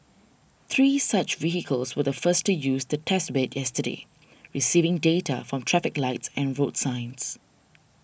three such vehicles were the first to use the test bed yesterday receiving data from traffic lights and road signs